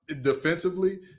defensively